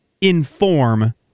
inform